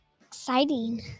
Exciting